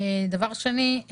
דבר שני,